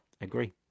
agree